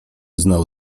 znał